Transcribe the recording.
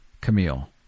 Camille